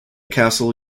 castle